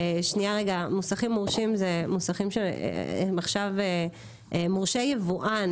מוסכים מורשים זה מוסכים שהם עכשיו מורשי יבואן,